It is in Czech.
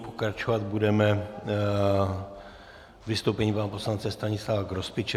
Pokračovat budeme vystoupením pana poslance Stanislava Grospiče.